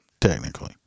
technically